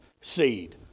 seed